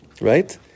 right